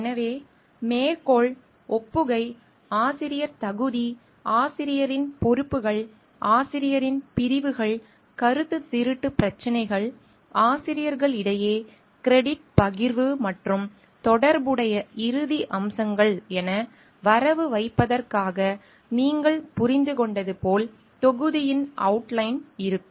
எனவே மேற்கோள் ஒப்புகை ஆசிரியர் தகுதி ஆசிரியரின் பொறுப்புகள் ஆசிரியரின் பிரிவுகள் கருத்துத் திருட்டுப் பிரச்சினைகள் ஆசிரியர்களிடையே கிரெடிட் பகிர்வு மற்றும் தொடர்புடைய இறுதி அம்சங்கள் என வரவு வைப்பதற்காக நீங்கள் புரிந்துகொண்டது போல் தொகுதியின் அவுட்லைன் இருக்கும்